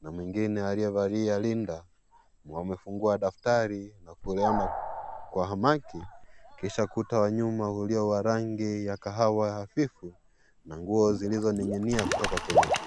na mwingine aliyevalia Linda. Wamefungua daftali na kuliona kwa hamaki, kisha ukuta wa nyuma, ulio wa rangi ya kahawa hafifu na nguo zilizoning'inia kutoka kwenye kuta.